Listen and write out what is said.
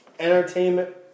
Entertainment